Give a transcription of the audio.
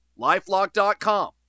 LifeLock.com